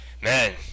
man